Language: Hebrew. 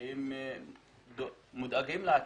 והם דואגים לעתידם.